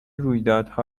رویدادها